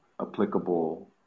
applicable